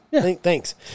Thanks